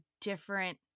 different